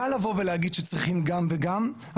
קל לבוא ולהגיד שצריכים גם וגם,